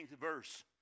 verse